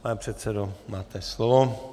Pane předsedo, máte slovo.